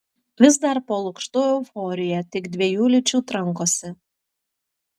vis dar po lukštu euforija tik dviejų lyčių trankosi